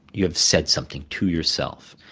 you have said something to yourself.